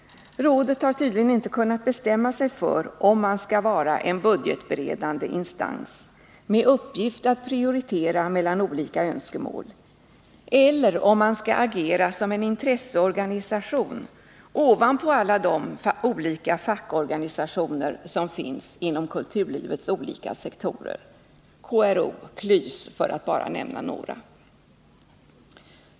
Rådet har tydligen inte kunnat bestämma sig för om man skall vara en budgetberedande instans med uppgift att prioritera mellan olika önskemål, eller om man skall agera som en intresseorganisation ovanpå alla de olika fackorganisationer som finns inom kulturlivets olika sektorer — KRO, KLYS, för att bara nämna några.